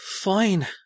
Fine